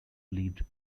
lived